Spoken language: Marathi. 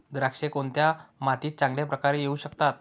द्राक्षे कोणत्या मातीत चांगल्या प्रकारे येऊ शकतात?